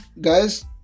guys